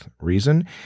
Reason